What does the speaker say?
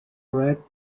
red